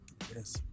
Yes